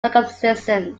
circumstances